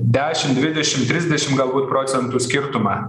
dešim dvidešim trisdešim galbūt procentų skirtumą